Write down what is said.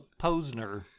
Posner